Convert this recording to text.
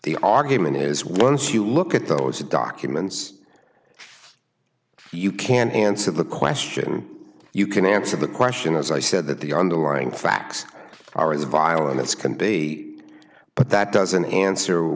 the argument is once you look at those documents you can answer the question you can answer the question as i said that the underlying facts are as violent as can be but that doesn't answer